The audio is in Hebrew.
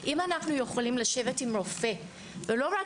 אם אנחנו יכולים לשבת עם רופא אז לא רק